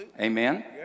Amen